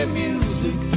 music